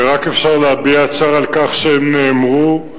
ורק אפשר להביע צער על כך שהם נאמרו,